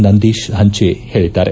ನಂದೀತ್ ಹಂಚೆ ಹೇಳದ್ದಾರೆ